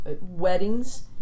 Weddings